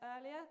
earlier